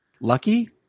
lucky